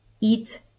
eat